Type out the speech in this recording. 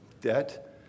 debt